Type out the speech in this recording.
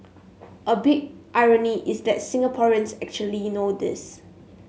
a big irony is that Singaporeans actually know this